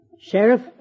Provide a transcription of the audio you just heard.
Sheriff